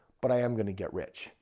but i am going to get rich.